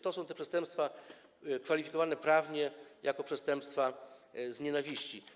To są te przestępstwa kwalifikowane prawnie jako przestępstwa z nienawiści.